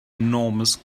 enormous